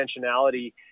intentionality